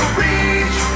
reach